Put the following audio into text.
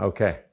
Okay